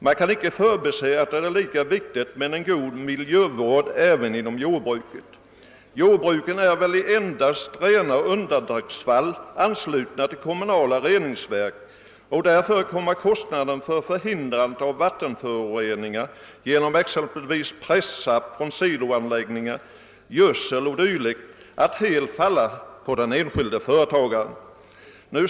Man kan inte förbise att det är lika viktigt med en god miljövård inom jordbruket. Jordbruken är väl endast i rena undantagsfall anslutna till kommunala reningsverk, och därför kommer kostnaden för förhindrandet av vattenföroreningar genom exempelvis Ppressaft från siloanläggningar, gödsel och dylikt att helt belasta den enskilde företagaren.